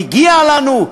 מגיע לנו,